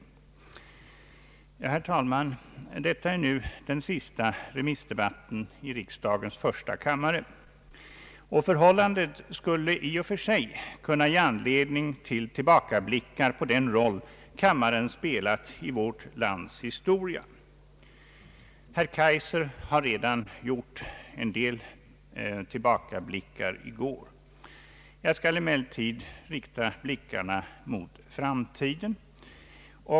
Herr talman! Detta är nu den sista remissdebatten i riksdagens första kammare. Förhållandet skulle i och för sig kunna ge anledning till tillbakablickar på den roll kammaren spelat i vårt lands historia. Herr Kaijser har redan gjort en del tillbakablickar i går. Jag skall emellertid rikta blickarna mot framtiden.